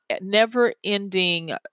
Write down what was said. never-ending